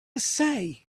say